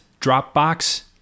Dropbox